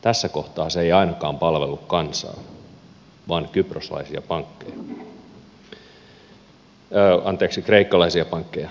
tässä kohtaa se ei ainakaan palvellut kansaa vaan kreikkalaisia pankkeja